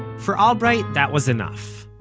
for albright that was enough.